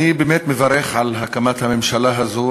אני באמת מברך על הקמת הממשלה הזאת,